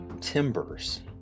timbers